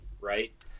right